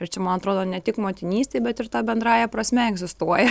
ir čia man atrodo ne tik motinystė bet ir ta bendrąja prasme egzistuoja